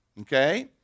okay